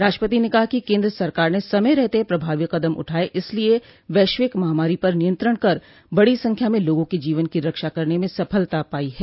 राष्ट्रपति ने कहा कि केन्द्र सरकार ने समय रहते प्रभावी कदम उठाये इसलिए वैश्विक महामारी पर नियंत्रण कर बड़ी संख्या में लोगों के जीवन की रक्षा करने में सफलता पाई है